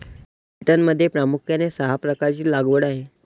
ब्रिटनमध्ये प्रामुख्याने सहा प्रकारची लागवड आहे